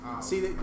See